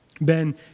Ben